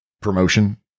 promotion